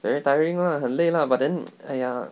the tiring lah 很累 lah but then !aiya!